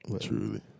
Truly